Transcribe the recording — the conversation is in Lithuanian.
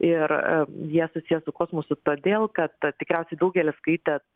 ir jie susiję su kosmosu todėl kad ta tikriausiai daugelis skaitėt